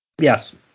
yes